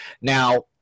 Now